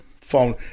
phone